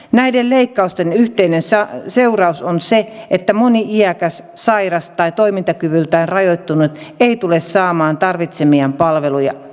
näiden leikkausten yhteinen seuraus on se että moni iäkäs sairas tai toimintakyvyltään rajoittunut ei tule saamaan tarvitsemiaan palveluja